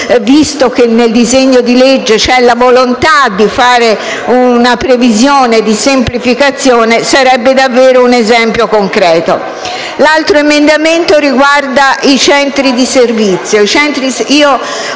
Visto che nel disegno di legge c'è la volontà di fare una previsione di semplificazione, questo sarebbe davvero un esempio concreto. L'altro emendamento riguarda i centri di servizio.